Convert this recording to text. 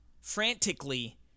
frantically